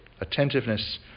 attentiveness